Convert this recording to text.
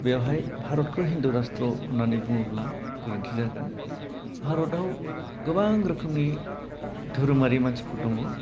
बेवहाय भारतखौ हिन्दु राष्ट्र होन्नानै बुङोब्ला गोरोन्थि जागोन भारताव गोबां रोखोमनि धोरोमारि मानसिफोर दङ